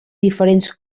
diferents